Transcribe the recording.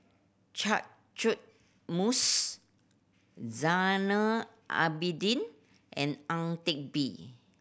Catchick Moses Zainal Abidin and Ang Teck Bee